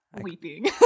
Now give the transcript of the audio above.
weeping